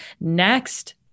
Next